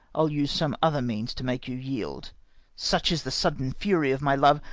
i'll use some other means to make you yield such is the sudden fury of my love,